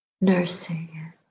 nursing